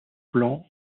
plan